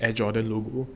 air jordan logo